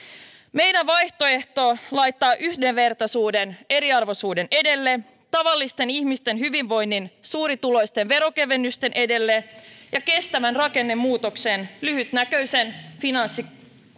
meidän vaihtoehtomme laittaa yhdenvertaisuuden eriarvoisuuden edelle tavallisten ihmisten hyvinvoinnin suurituloisten veronkevennysten edelle ja kestävän rakennemuutoksen lyhytnäköisen finanssi